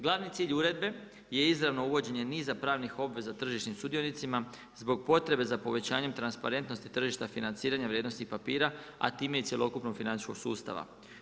Glavni cilj uredbe je izravno uvođenje niza pravnih obveza tržišnim sudionicima zbog potrebe za povećanjem transparentnosti tržišta financiranja vrijednosti papira, a time i cjelokupnog financijskog sustava.